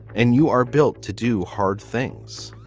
and you are built to do hard things